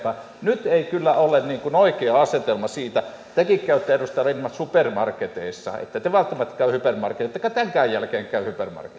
nyt ei kyllä ole oikea asetelma siitä tekin käytte edustaja lindtman supermarketeissa ette te välttämättä käy hypermarketeissa ettekä te tämänkään jälkeen käy